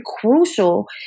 crucial